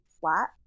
flat